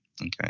okay